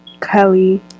Kelly